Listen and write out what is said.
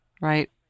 Right